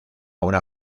una